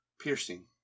piercing